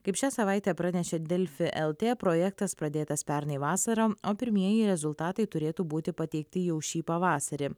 kaip šią savaitę pranešė delfi lt projektas pradėtas pernai vasarą o pirmieji rezultatai turėtų būti pateikti jau šį pavasarį